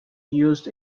used